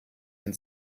den